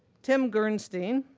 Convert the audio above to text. tim gernstein,